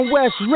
West